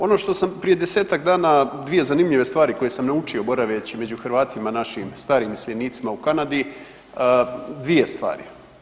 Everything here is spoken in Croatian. Ono što sam prije 10-tak dana, dvije zanimljive stvari koje sam naučio boraveći među Hrvatima našim, starim iseljenicima u Kanadi, dvije stvari.